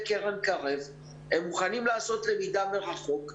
קרן "קרב" שמוכנים לעשות למידה מרחוק,